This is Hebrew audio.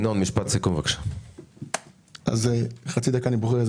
אני מסתכל על אותם